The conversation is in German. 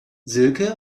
silke